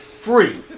free